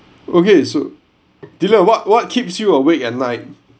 okay so dylan what what keeps you awake at night